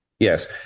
Yes